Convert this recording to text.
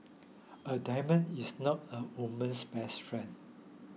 a diamond is not a woman's best friend